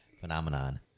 Phenomenon